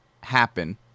happen